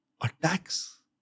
attacks